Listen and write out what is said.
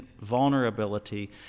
vulnerability